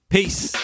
Peace